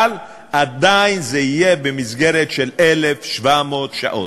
אבל עדיין זה יהיה במסגרת של 1,700 שעות.